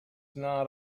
not